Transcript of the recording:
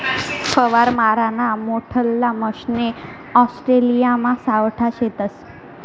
फवारा माराना मोठल्ला मशने ऑस्ट्रेलियामा सावठा शेतस